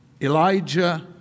Elijah